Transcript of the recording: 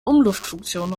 umluftfunktion